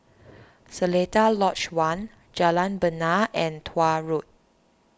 Seletar Lodge one Jalan Bena and Tuah Road